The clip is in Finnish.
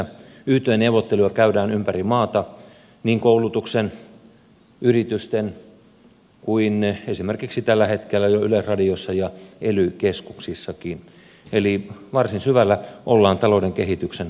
yt neuvotteluja käydään ympäri maata niin koulutuksessa yrityksissä kuin esimerkiksi tällä hetkellä jo yleisradiossa ja ely keskuksissakin eli varsin syvällä ollaan talouden kehityksen kohdalla